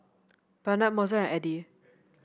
Barnett Mozell and Eddy